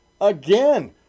Again